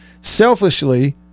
Selfishly